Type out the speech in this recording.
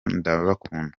ndabakunda